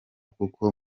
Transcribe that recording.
kuko